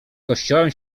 kościołem